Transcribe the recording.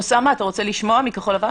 אוסאמה, אתה רוצה לשמוע מכחול לבן?